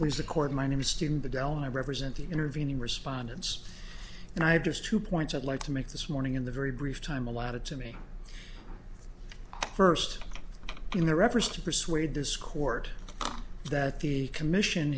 please the court my name is stephen the del i represent the intervening respondents and i have just two points i'd like to make this morning in the very brief time allotted to me first in the reference to persuade this court that the commission